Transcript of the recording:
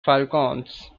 falcons